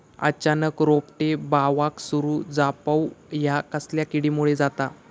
अचानक रोपटे बावाक सुरू जवाप हया कसल्या किडीमुळे जाता?